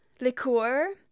liqueur